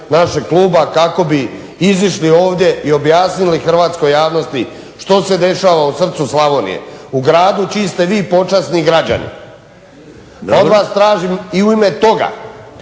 našeg kluba kako bi izišli ovdje i objasnili hrvatskoj javnosti što se dešava u srcu Slavonije, u gradu čiji ste vi počasni građanin. Da od vas tražim i u ime toga.